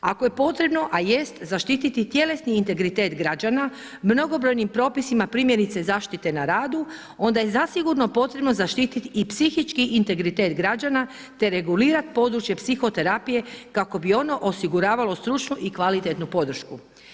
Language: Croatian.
Ako je potrebno a jest zaštiti tjelesni integritet građana, mnogobrojnim propisima primjerice zaštite na radu, onda je zasigurno potrebno zaštiti i psihički integritet građana te regulirati područje psihoterapije kako bi ono osiguravalo stručnu i kvalitetnu podršku.